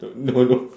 no no no